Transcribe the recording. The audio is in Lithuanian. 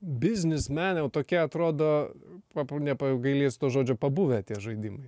biznismen jau tokia atrodo pa pa nepagailės to žodžio pabuvę tie žaidimai